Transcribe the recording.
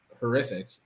horrific